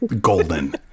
golden